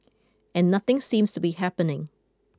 and nothing seems to be happening